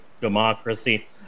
democracy